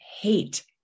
hate